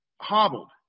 hobbled